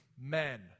Men